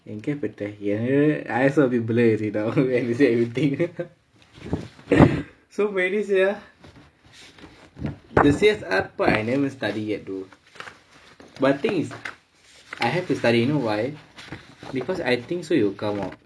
thank you for try here I also a bit blur already now when you say everything so many sia the C_S_R part I never study yet though but the thing is I have to study you know why because I think so it will come out